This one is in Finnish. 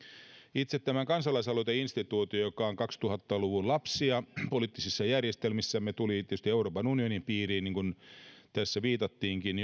itse tämä kansalaisaloiteinstituutio joka on kaksituhatta luvun lapsia poliittisissa järjestelmissämme tuli tietysti euroopan unionin piiriin tässä viitattiinkin